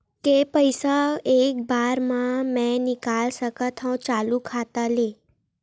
के पईसा एक बार मा मैं निकाल सकथव चालू खाता ले?